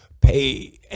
pay